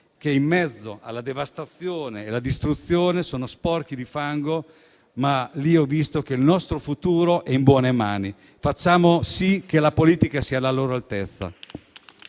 che in mezzo alla devastazione e alla distruzione sono sporchi di fango, ma lì ho visto che il nostro futuro è in buone mani. Facciamo sì che la politica sia alla loro altezza.